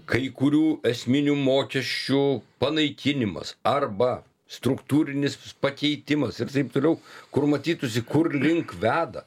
kai kurių esminių mokesčių panaikinimas arba struktūrinis pakeitimas ir taip toliau kur matytųsi kur link veda